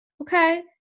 Okay